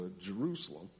Jerusalem